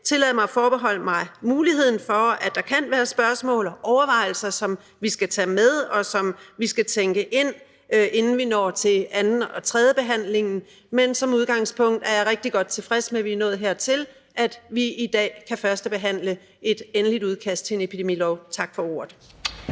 tillade mig at forbeholde mig muligheden for, at der kan være spørgsmål og overvejelser, som vi skal tage med, og som vi skal tænke ind, inden vi når til anden- og tredjebehandlingen. Men som udgangspunkt er jeg rigtig godt tilfreds med, at vi er nået hertil, at vi i dag kan førstebehandle et endeligt udkast til en epidemilov. Tak for ordet.